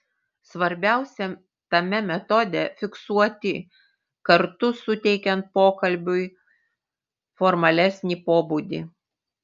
svarbiausia tame metode fiksuoti kartu suteikiant pokalbiui formalesnį pobūdį